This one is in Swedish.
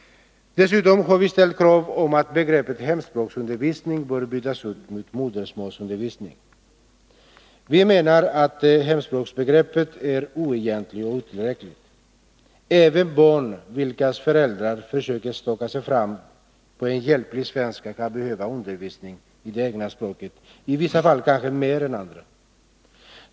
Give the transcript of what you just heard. Dessutom har vi ställt krav på att begreppet hemspråksundervisning byts ut mot modersmålsundervisning. Vi menar att hemspråksbegreppet är oegentligt och otillräckligt. Även barn vilkas föräldrar försöker staka sig fram på en hjälplig svenska kan behöva undervisning i det egna språket, i vissa fall kanske mer än andra.